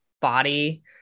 body